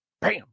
Bam